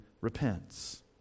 repents